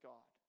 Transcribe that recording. God